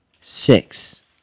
six